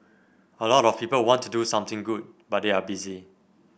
a lot of people want to do something good but they are busy